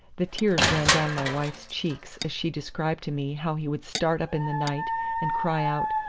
the tears ran down my wife's cheeks as she described to me how he would start up in the night and cry out,